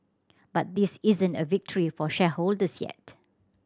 but this isn't a victory for shareholders yet